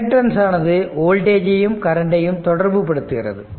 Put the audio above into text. inductance ஆனது voltage ஐயும் current time தொடர்பு படுத்துகிறது